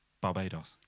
Barbados